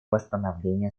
восстановления